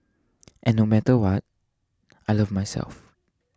and no matter what I love myself